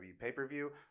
pay-per-view